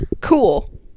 Cool